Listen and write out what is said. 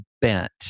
bent